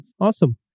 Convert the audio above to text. Awesome